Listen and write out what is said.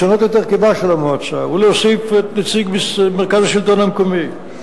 לשנות את הרכבה של המועצה ולהוסיף את נציג מרכז השלטון המקומי,